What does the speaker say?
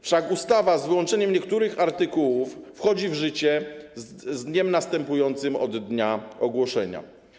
Wszak ustawa, z wyłączeniem niektórych artykułów, wchodzi w życie z dniem następującym po dniu ogłoszenia.